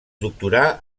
doctorà